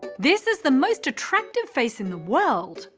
this is the most attractive face in the world,